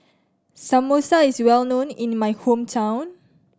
samosa is well known in my hometown